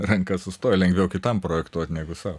ranka sustoja lengviau kitam projektuot negu sau